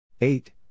eight